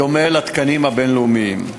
בדומה לתקנים הבין-לאומיים.